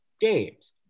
games